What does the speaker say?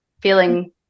feeling